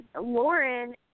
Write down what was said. Lauren